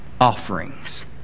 offerings